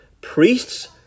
priests